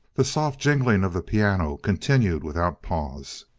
the soft jingling of the piano continued without pause.